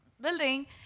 building